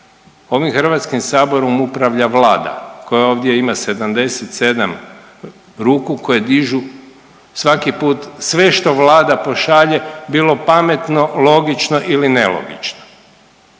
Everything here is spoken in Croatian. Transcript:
Ovim Hrvatskim saborom upravlja Vlada koja ovdje ima 77 ruku koje dižu svaki put sve što Vlada pošalje bilo pametno, logično ili nelogično.